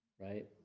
Right